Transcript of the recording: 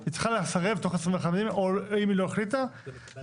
היא צריכה לסרב תוך 21 ימים או אם היא לא החליטה ראשי